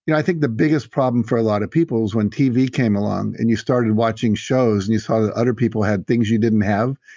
i think the biggest problem for a lot of people was when tv came along and you started watching shows and you saw the other people had things you didn't have,